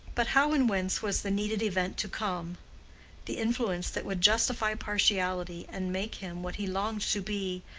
but how and whence was the needed event to come the influence that would justify partiality, and make him what he longed to be,